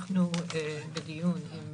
אנחנו, בדיון עם